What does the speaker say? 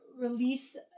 release